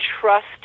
trust